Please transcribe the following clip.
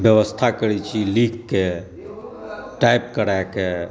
व्यवस्था करै छी लीख कए टाइप करए कए